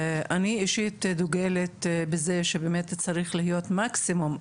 אני אישית דוגלת בזה שבאמת צריך להיות מקסימום,